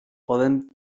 poden